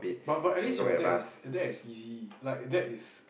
but but at least your dad is your dad is easy like dad is